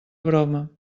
broma